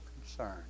concern